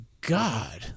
God